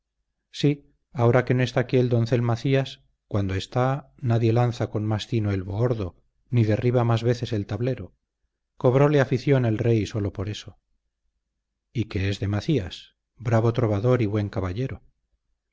sí ahora que no está aquí el doncel macías cuando está nadie lanza con más tino el bohordo ni derriba más veces el tablero cobróle afición el rey sólo por eso y qué es de macías bravo trovador y buen caballero